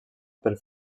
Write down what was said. pel